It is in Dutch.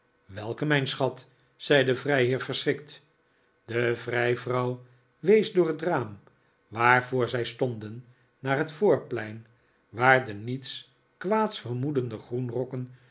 welke mijn schat zei de vrijheer verschrikt de vrijvrouw wees door het raam waarvoor zij stonden naar het voorplein waar de niets